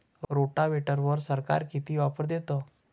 रोटावेटरवर सरकार किती ऑफर देतं?